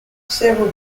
several